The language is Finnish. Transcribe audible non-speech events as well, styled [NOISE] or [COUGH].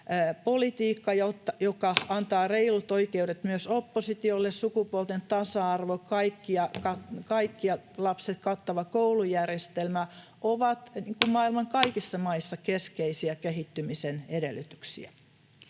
koputtaa] joka antaa reilut oikeudet myös oppositiolle, sukupuolten tasa-arvo, kaikki lapset kattava koulujärjestelmä — [NOISE] ovat maailman kaikissa maissa keskeisiä kehittymisen edellytyksiä.